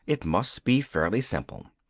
it must be fairly simple.